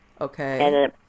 Okay